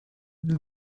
для